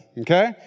Okay